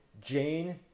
Jane